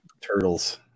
turtles